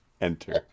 Enter